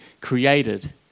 created